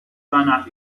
seiner